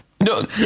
no